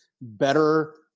better